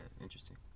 interesting